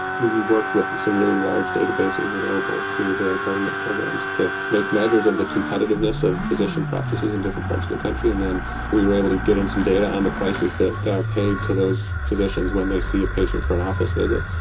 we worked with some really large databases available through the government programs to make measures of the competitiveness of physician practices in different parts of the country and then we were able to get in some data on the prices that are paid to those physicians when they see a patient for an office visit.